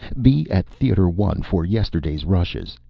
be at theater one for yesterday's rushes!